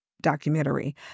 documentary